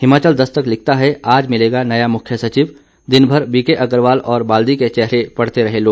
हिमाचल दस्तक लिखता है आज मिलेगा नया मुख्य सचिव दिनभर बीके अग्रवाल और बाल्दी के चेहरे पढ़ते रहे लोग